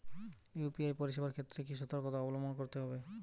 UPI পরিসেবার ক্ষেত্রে কি সতর্কতা অবলম্বন করতে হবে?